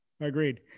Agreed